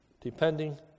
Depending